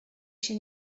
się